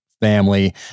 family